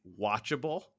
Watchable